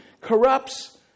corrupts